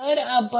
तर ते 2478